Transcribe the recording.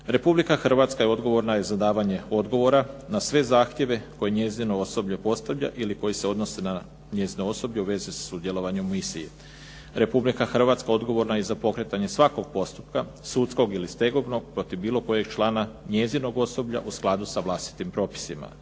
Republika Hrvatska je odgovorna za davanje odgovora na sve zahtjeve koje njezino osoblje postavlja ili koji se odnose na njezino osoblje u vezi sudjelovanja u misiji. Republika Hrvatska odgovorna je i za pokretanje svakog postupka, sudskog ili stegovnog protiv bilo kojeg člana njezinog osoblja u skladu sa vlastitim propisima.